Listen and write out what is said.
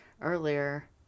earlier